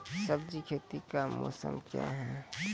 सब्जी खेती का मौसम क्या हैं?